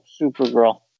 Supergirl